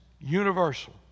universal